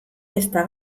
ezta